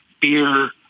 beer